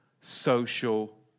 social